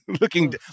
Looking